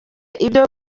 ibyo